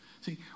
see